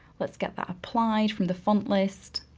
let's get that applied from the font list.